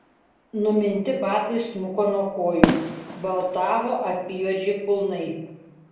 numinti batai smuko nuo kojų baltavo apyjuodžiai kulnai